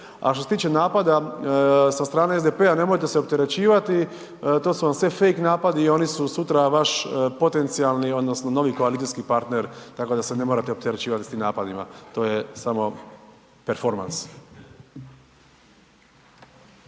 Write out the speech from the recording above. A što se tiče napada sa strane SDP-a, nemojte se opterećivati, to su vam sve fake napadi i oni su sutra vaš potencijalni odnosno novi koalicijski partner, tako da se ne morate opterećivati s tim napadima. To je samo performans.